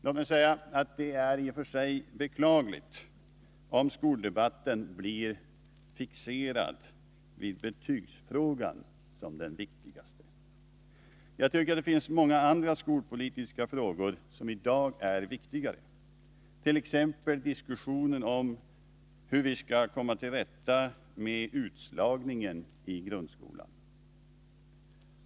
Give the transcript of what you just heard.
Låt mig säga att det i och för sig är beklagligt om skoldebatten blir fixerad vid betygsfrågan som den viktigaste. Jag tycker att det finns många andra skolpolitiska frågor som i dag är viktigare, t.ex. diskussionen om hur vi skall komma till rätta med utslagningen i grundskolan.